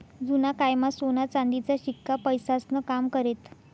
जुना कायमा सोना चांदीचा शिक्का पैसास्नं काम करेत